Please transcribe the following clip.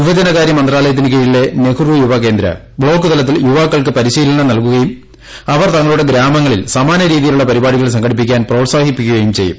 യുവജനകാരൃമന്ത്രാലയത്തിന് കീഴിലെ നെഹ്റു യുവ കേന്ദ്ര ബ്ലോക്ക് തലത്തിൽ യുവാക്കൾക്ക് പരിശീലനം നൽകുകയും അവരെ തങ്ങളുടെ ഗ്രാമങ്ങളിൽ സമാന രീതിയിലുള് പരിപാടികൾ സംഘടിപ്പിക്കാൻ പ്രോത്സാഹിപ്പിക്കുകയും ചെയ്യും